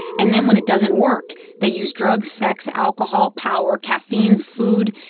and then when it doesn't work, they use drugs, sex, alcohol, power, caffeine, food,